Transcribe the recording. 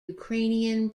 ukrainian